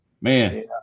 Man